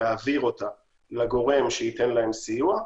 להעביר אותה לגורם שייתן להם סיוע,